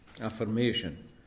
affirmation